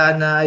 na